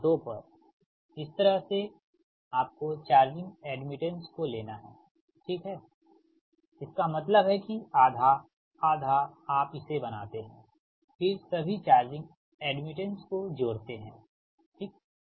बस 2 पर इस तरह से आपको चार्जिंग एड्मिटेंस को लेना है ठीक इसका मतलब है कि आधा आधा आप इसे बनाते हैं फिर सभी चार्जिंग एड्मिटेंस को जोड़ते हैं ठीक